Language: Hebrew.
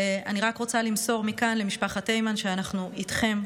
ואני רק רוצה למסור מכאן למשפחת הימן: אנחנו איתכם,